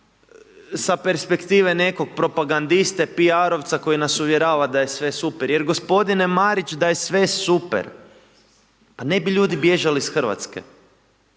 sa perspektive nekog propagandiste, pijarovca koji nas uvjerava da je sve super. Jer gospodine Marić, da je je sve super, pa ne bi ljudi bježali iz RH, ne